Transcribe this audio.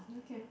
okay